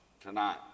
tonight